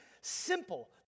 simple